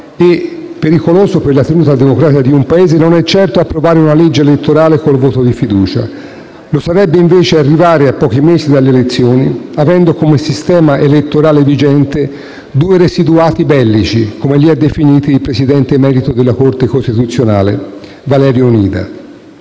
Pericoloso per la tenuta democratica di un Paese non è certo approvare una legge elettorale col voto di fiducia; lo sarebbe, invece, arrivare a pochi mesi delle elezioni avendo come sistema elettorale vigente "due residuati bellici" come li ha definiti il Presidente emerito della Corte costituzionale, Valerio Onida.